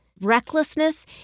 recklessness